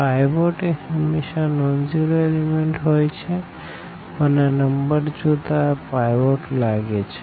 pivot એ હમેશા non zero element હોઈ છે પણ આ નંબર જોતા આ પાઈવોટ લાગે છે